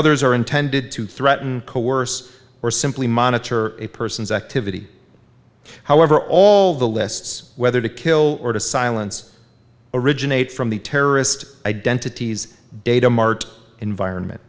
others are intended to threaten coerce or simply monitor a persons activity however all the lists whether to kill or to silence originate from the terrorist identities datamart environment